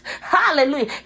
Hallelujah